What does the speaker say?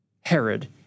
Herod